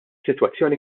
sitwazzjoni